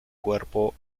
cuerpo